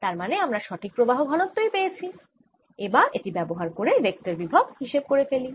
তার মানে আমরা সঠিক প্রবাহ ঘনত্বই পেয়েছি এবার এটি ব্যবহার করে ভেক্টর বিভব হিসেব করে ফেলি